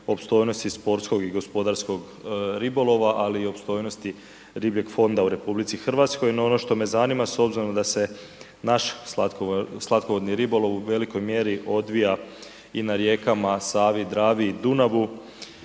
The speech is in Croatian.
opstojnosti i sportskog i gospodarskog ribolova, ali i opstojnosti ribljeg fonda u RH. No, ono što me zanima, s obzirom da se naš slatkovodni ribolov u velikoj mjeri odvija i na rijekama Savi, Dravi i Dunavu,